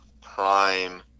prime